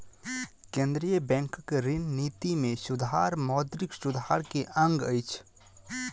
केंद्रीय बैंकक ऋण निति में सुधार मौद्रिक सुधार के अंग अछि